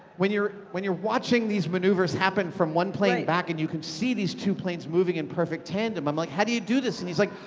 when you're when you're watching these maneuvers happen from one plane back and you can see these two planes moving in perfect tandem, i'm like, how do you do this? and he's like,